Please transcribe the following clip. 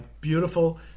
beautiful